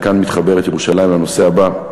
וכאן מתחברת ירושלים לנושא הבא,